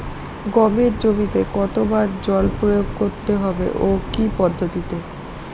গমের জমিতে কতো বার জল প্রয়োগ করতে হবে ও কি পদ্ধতিতে?